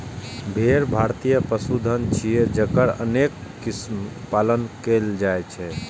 भेड़ भारतीय पशुधन छियै, जकर अनेक किस्मक पालन कैल जाइ छै